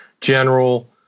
general